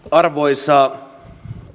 arvoisa